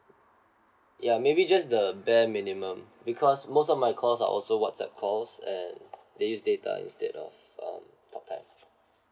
ya maybe just the bare minimum because most of my calls are also WhatsApp calls and they use data instead of uh talk time